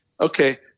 okay